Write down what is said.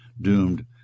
doomed